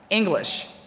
english.